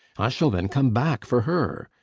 i shall then come back for her.